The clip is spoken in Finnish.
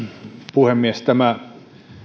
puhemies tämä